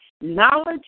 Knowledge